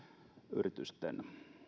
yritysten